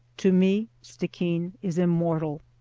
to me stickeen is immortal.